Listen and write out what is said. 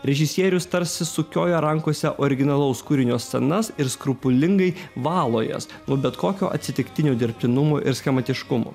režisierius tarsi sukioja rankose originalaus kūrinio scenas ir skrupulingai valo jas nuo bet kokio atsitiktinio dirbtinumo ir schematiškumo